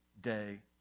day